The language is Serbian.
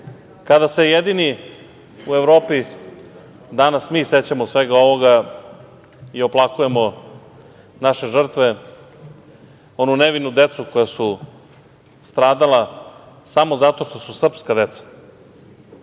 kada se jedini u Evropi danas mi sećamo svega ovoga i oplakujemo naše žrtve, onu nevinu decu koja su stradala samo zato što su srpska